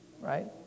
right